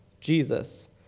Jesus